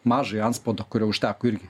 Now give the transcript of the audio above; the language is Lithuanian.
mažąjį antspaudą kurio užteko irgi